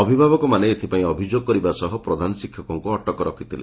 ଅଭିଭାବକମାନେ ଏଥପାଇଁ ଅଭିଯୋଗ କରିବା ସହ ପ୍ରଧାନ ଶିକ୍ଷକଙ୍ଙ ଅଟକ ରଖିଥିଲେ